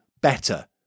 better